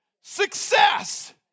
success